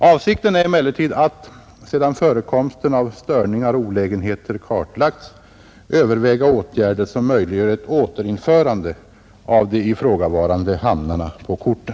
Avsikten är emellertid att — sedan förekomsten av störningar och olägenheter kartlagts — överväga åtgärder som möjliggör ett återinförande av de ifrågavarande hamnarna på korten.